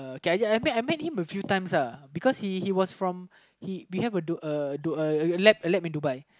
I meet I meet him a few times uh because he he was from he Dubai